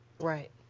Right